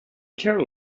chair